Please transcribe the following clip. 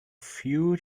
few